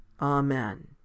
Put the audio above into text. Amen